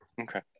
Okay